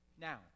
now